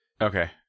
Okay